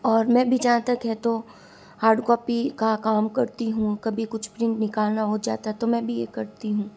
और मैं भी जहाँ तक है तो हार्ड कॉपी का काम करती हूँ कभी कुछ प्रिन्ट निकालना हो जाता तो मैं भी ये करती हूँ